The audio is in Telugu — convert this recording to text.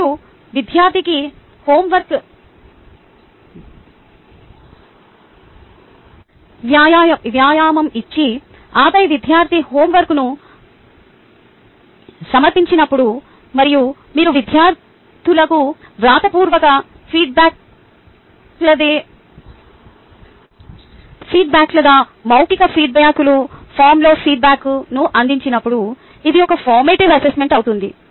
మీరు విద్యార్థికి హోంవర్క్ వ్యాయామం ఇచ్చి ఆపై విద్యార్థి హోంవర్క్ను సమర్పించినప్పుడు మరియు మీరు విద్యార్థులకు వ్రాతపూర్వక ఫీడ్బ్యాక్ లేదా మౌఖిక ఫీడ్బ్యాక్ రూపంలో ఫీడ్బ్యాక్ను అందించినప్పుడు ఇది ఒక ఫార్మేటివ్ అసెస్మెంట్ అవుతుంది